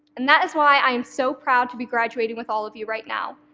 and that is why i am so proud to be graduating with all of you right now,